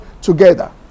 together